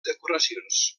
decoracions